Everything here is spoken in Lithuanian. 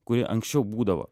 kuri anksčiau būdavo